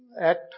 act